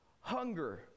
hunger